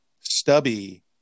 Stubby